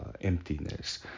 emptiness